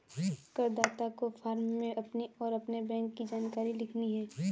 करदाता को फॉर्म में अपनी और अपने बैंक की जानकारी लिखनी है